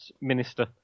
minister